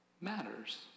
matters